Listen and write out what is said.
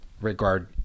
regard